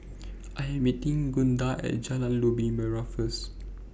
I Am meeting Gunda At Jalan Labu Merah First